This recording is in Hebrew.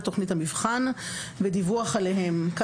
תכנית המבחן ודיווח עליהם לשר/למנהל במועדים שיקבע השר בתכנית